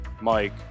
Mike